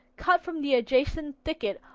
cut from the adjacent thicket,